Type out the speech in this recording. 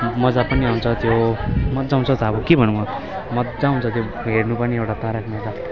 मज्जा पनि आउँछ त्यो मज्जा आउँछ त अब के भनुँ मज्जा आउँछ त्यो हेर्नु पनि एउटा तारक मेहेता